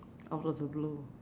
out of the blue